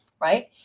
right